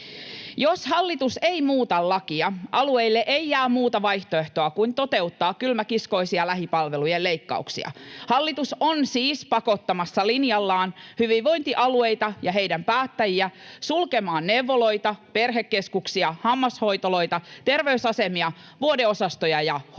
Jos hallitus ei muuta lakia, alueille ei jää muuta vaihtoehtoa kuin toteuttaa kylmäkiskoisia lähipalvelujen leikkauksia. Hallitus on siis pakottamassa linjallaan hyvinvointialueita ja heidän päättäjiään sulkemaan neuvoloita, perhekeskuksia, hammashoitoloita, terveysasemia, vuodeosastoja ja hoivakoteja.